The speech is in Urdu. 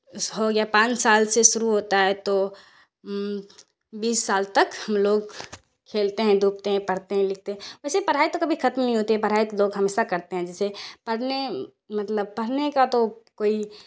ہو یا پانچ سال سے شروع ہوتا ہے تو بیس سال تک ہم لوگ کھیلتے ہیں دھوپتے ہیں پڑھتے ہیں لکھتے ہیں ویسے پڑھائی تو کبھی ختم نہیں ہوتی ہے پڑھائی تو لوگ ہمیشہ کرتے ہیں جیسے پڑھنے مطلب پڑھنے کا تو کوئی